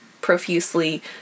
profusely